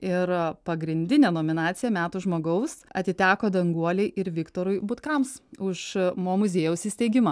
ir pagrindinė nominacija metų žmogaus atiteko danguolei ir viktorui butkams už mo muziejaus įsteigimą